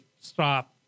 stop